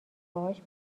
باهاش